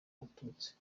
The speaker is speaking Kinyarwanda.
abatutsi